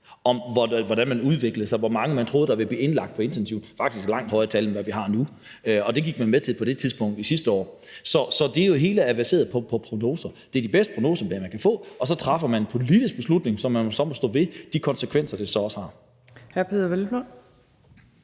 om, hvordan det udviklede sig, hvor mange man troede ville blive indlagt på intensiv – det var faktisk et langt højere tal, end hvad vi har nu – og det gik man med til på det tidspunkt sidste år. Så det hele er baseret på prognoser. Det er de bedste prognoser, man kan få, og så træffer man en politisk beslutning, hvor man så må stå ved de konsekvenser, det også har. Kl. 14:41 Fjerde